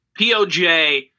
POJ